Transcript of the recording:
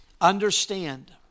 Understand